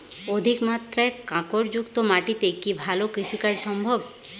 অধিকমাত্রায় কাঁকরযুক্ত মাটিতে কি ভালো কৃষিকাজ সম্ভব?